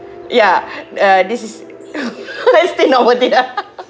ya uh this is still not worth it ah